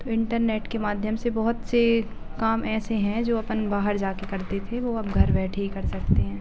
internet के माध्यम से बहुत से काम ऐसे हैं जो अपना बाहर जाकर करते थे वो अब घर बैठे कर सकते हैं